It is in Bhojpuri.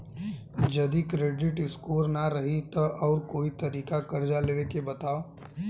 जदि क्रेडिट स्कोर ना रही त आऊर कोई तरीका कर्जा लेवे के बताव?